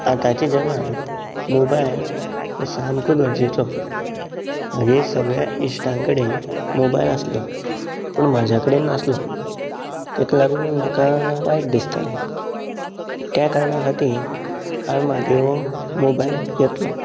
आताच्या जगांत मोबायल हो सामको गरजेचो म्हागे सगळ्यां इश्टां कडेन मोबायल आसलो पूण म्हाज्या कडेन नासलो तेका लागून म्हाका वायट दिसता त्या कारणा खातीर हांवे म्हागेलो मोबायल घेतलो